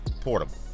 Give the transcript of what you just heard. portable